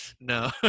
no